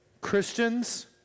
Christians